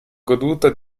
goduto